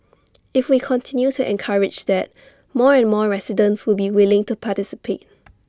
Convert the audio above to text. if we continue to encourage that more and more residents will be willing to participate